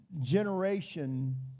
generation